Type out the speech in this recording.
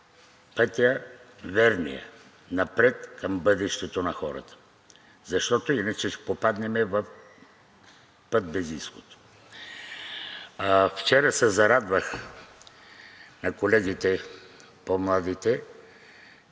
верния път напред към бъдещето на хората, защото иначе ще попаднем в път без изход. Вчера се зарадвах на колегите, по-младите,